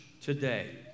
today